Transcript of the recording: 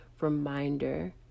reminder